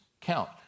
count